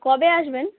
কবে আসবেন